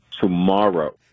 tomorrow